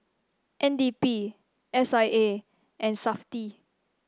N D P S I A and Safti